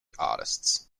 artists